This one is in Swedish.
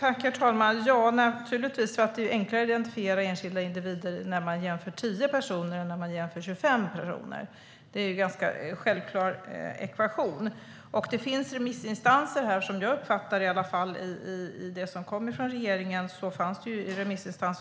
Herr talman! Det är naturligtvis för att det är enklare att identifiera enskilda individer när man jämför 10 personer än när man jämför 25 personer. Det är en ganska självklar ekvation. Enligt regeringen fanns det remissinstanser - som jag uppfattade det i varje fall